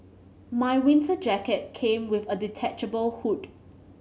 my winter jacket came with a detachable hood